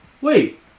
Wait